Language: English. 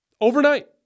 Overnight